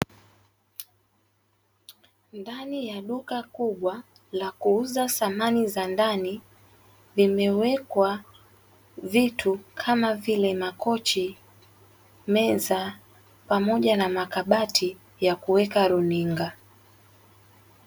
Ndani ya duka kubwa la kuuza thamani za ndani limewekwa vitu, kama vile makochi meza pamoja na makabati ya kuweka runinga.